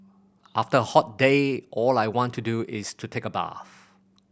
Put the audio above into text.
after a hot day all I want to do is to take a bath